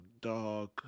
dog